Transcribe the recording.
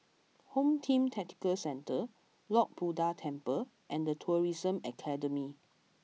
Home Team Tactical Centre Lord Buddha Temple and Tourism Academy